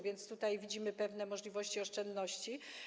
Więc tutaj widzimy pewne możliwości oszczędności.